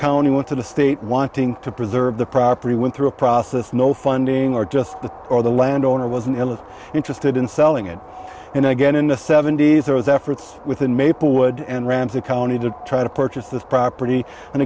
county went to the state wanting to preserve the property went through a process no funding or just the or the landowner wasn't interested in selling it and again in the seventy's there was efforts within maplewood and ramsey county to try to purchase this property and